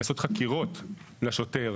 לעשות חקירות לשוטר,